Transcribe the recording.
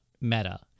meta